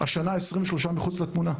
והשנה 23 מחוץ לתמונה.